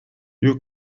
you